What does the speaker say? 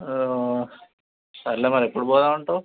సర్లే మరి ఎప్పుడు పోదామంటావు